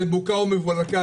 זה בוקה ומבולקה,